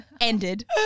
ended